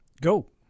Go